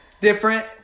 different